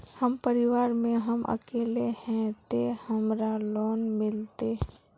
हम परिवार में हम अकेले है ते हमरा लोन मिलते?